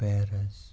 Paris